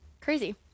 Crazy